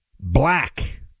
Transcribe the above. black